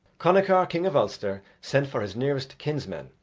connachar, king of ulster, sent for his nearest kinsmen,